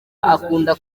akunda